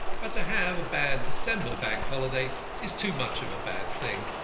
but to have a bad december bank holiday is too much of a bad thing.